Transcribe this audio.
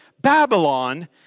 Babylon